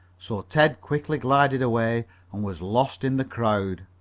so ted quickly glided away and was lost in the crowd.